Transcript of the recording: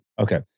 Okay